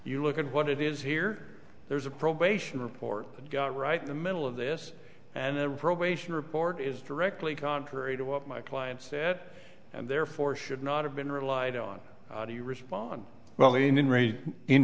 you look at what it is here there's a probation report that got right in the middle of this and the probation report is directly contrary to what my client said and therefore should not have been relied on the respond well even raised in